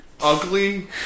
ugly